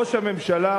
ראש הממשלה,